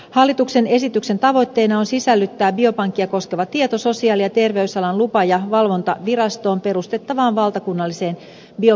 hallituksen esityksen tavoitteena on sisällyttää biopankkia koskeva tieto sosiaali ja terveysalan lupa ja valvontavirastoon perustettavaan valtakunnalliseen biopankkirekisteriin